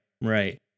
Right